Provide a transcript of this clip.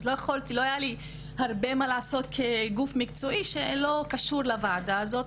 אז לא היה לי הרבה מה לעשות כגוף מקצועי שלא קשור לוועדה הזאת.